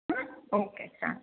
હં ઓકે ચાલો